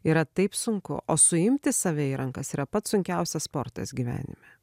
yra taip sunku o suimti save į rankas yra pats sunkiausias sportas gyvenime